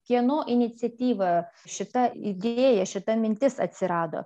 kieno iniciatyva šita idėja šita mintis atsirado